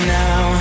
now